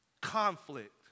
Conflict